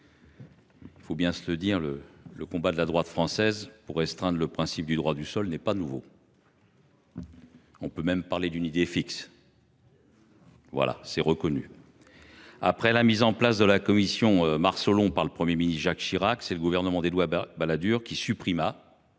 Il faut bien le dire, le combat de la droite française pour restreindre le principe du droit du sol n’est pas nouveau. On peut même parler d’une idée fixe. C’est reconnu ! Après la mise en place de la commission Marceau Long par le Premier ministre Jacques Chirac, c’est le gouvernement d’Édouard Balladur qui supprima